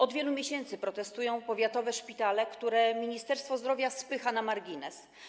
Od wielu miesięcy protestują powiatowe szpitale, które ministerstwo zdrowia spycha na margines.